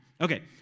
Okay